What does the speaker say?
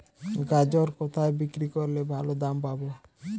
গাজর কোথায় বিক্রি করলে ভালো দাম পাব?